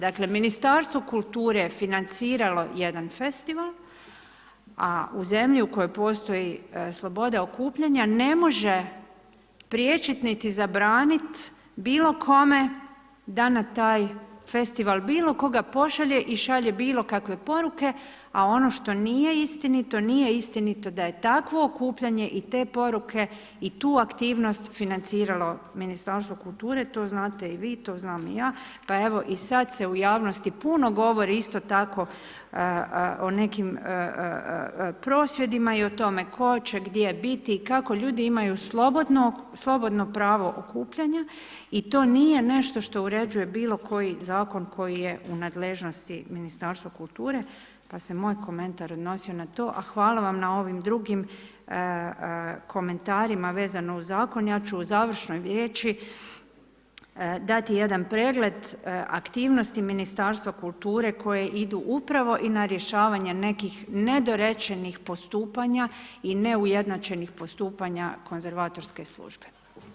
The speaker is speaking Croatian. Dakle Ministarstvo kulture je financiralo jedan festival a u zemlji u kojoj postoji sloboda okupljanja, ne može priječiti niti zabraniti bilo kome da na taj festival bilo koga pošalje i šalje bilokakve poruke a ono što nije istinito, nije istinito da je takvo okupljanje i te poruke i tu aktivnosti financiralo Ministarstvo kulture, to znate i vi, to znam i ja, pa evo i sad se u javnosti puno govori isto tako o nekim prosvjedima i o tome tko će gdje biti i kako ljudi imaju slobodno pravo okupljanja i to nije nešto što uređuje bilokoji zakon koji je u nadležnosti Ministarstva kulture, pa se moj komentar odnosio na to, a hvala vam na ovim drugim komentarima vezano uz zakon, ja ću u završnoj riječi dati jedan pregled aktivnosti Ministarstva kulture koji ide upravo i na rješavanje nekih nedorečenih postupanja i neujednačenih postupanja konzervatorske službe.